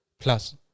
Plus